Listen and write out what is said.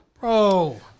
bro